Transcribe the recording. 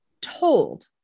told